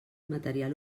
material